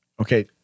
Okay